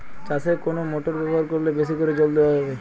চাষে কোন মোটর ব্যবহার করলে বেশী করে জল দেওয়া যাবে?